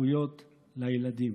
זכויות לילדים.